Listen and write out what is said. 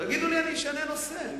תגידו לי, אני אשנה נושא.